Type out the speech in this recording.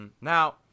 Now